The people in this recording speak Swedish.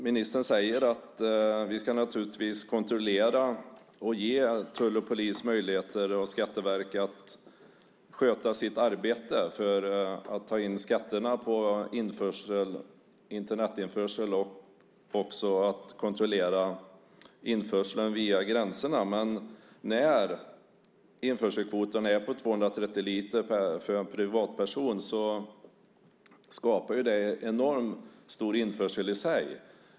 Ministern säger att vi naturligtvis ska ge tull, polis och skatteverk möjligheter att sköta sitt arbete när det gäller att ta in skatterna vid Internetinförsel och också att kontrollera införseln vid gränserna. Men när införselkvoten är 230 liter för en privatperson skapar det en enormt stor införsel i sig.